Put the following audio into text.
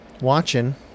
watching